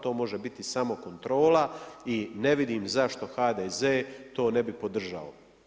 To može biti samo kontrola i ne vidim zašto HDZ-e to ne bi podržao.